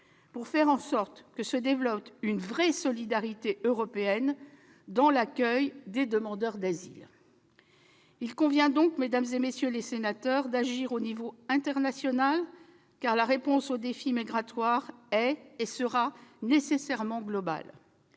notre action, afin que se développe une véritable solidarité européenne en matière d'accueil des demandeurs d'asile. Il convient donc, mesdames, messieurs les sénateurs, d'agir à l'échelon international, car la réponse au défi migratoire est et sera nécessairement globale.